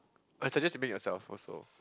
I suggest you make yourself also